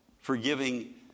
forgiving